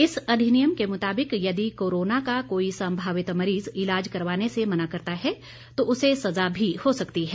इस अधिनियम के मुताबिक यदि कोरोना का कोई संभावित मरीज इलाज करवाने से मना करता है तो उसे सजा भी हो सकती है